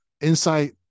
insight